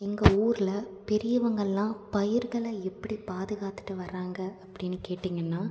எங்கள் ஊரில் பெரியவங்களெலாம் பயிர்களை எப்படி பாதுகாத்துட்டு வராங்க அப்படின் கேட்டிங்கன்னால்